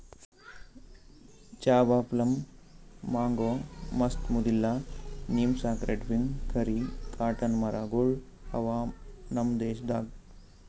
Java plum, mango, mast, ಮುದಿಲ್ಲ, neem, sacred fig, curry, cotton ಮರ ಗೊಳ್ ಅವಾ ನಮ್ ದೇಶದಾಗ್